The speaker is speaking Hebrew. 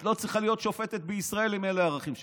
את לא צריכה להיות שופטת בישראל אם אלה הערכים שלך.